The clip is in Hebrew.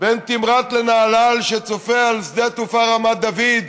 בין תמרת לנהלל, שצופה על שדה התעופה רמת דוד,